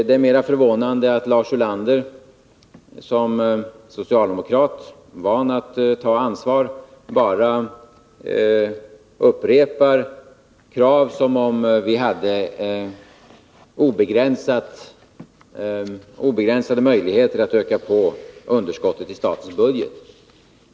Det är mera förvånande att Lars Ulander — som socialdemokrat, van vid att ta ansvar — bara upprepar krav, som om vi hade obegränsade möjligheter att öka på underskottet i statens budget.